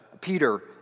Peter